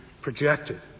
projected